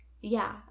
Yeah